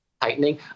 tightening